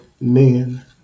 men